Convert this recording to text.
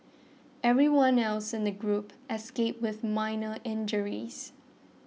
everyone else in the group escaped with minor injuries